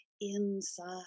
inside